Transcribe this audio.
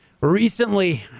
recently